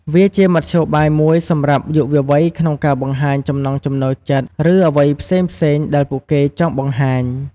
វាជាមធ្យោបាយមួយសម្រាប់យុវវ័យក្នុងការបង្ហាញចំណង់ចំណូលចិត្ត ឬអ្វីផ្សេងៗដែលពួកគេចង់បង្ហាញ។